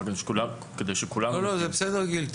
זה בסדר גיל.